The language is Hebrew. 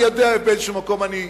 אני יודע באיזה מקום אני נמצא,